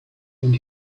and